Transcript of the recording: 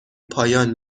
پایان